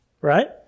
right